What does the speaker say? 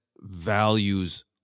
values